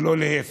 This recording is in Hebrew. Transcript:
ולא להפך,